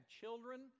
children